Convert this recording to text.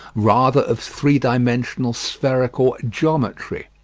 rather of three-dimensional spherical geometry.